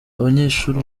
abanyeshuri